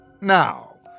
Now